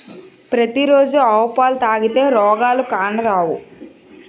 పతి రోజు ఆవు పాలు తాగితే రోగాలు కానరావు